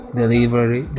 delivery